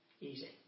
easy